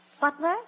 Butler